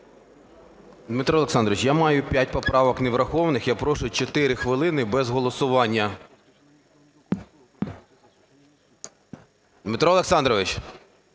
Дмитро Олександрович, я маю 5 поправок не врахованих. Я прошу 4 хвилини без голосування. Дмитро Олександрович,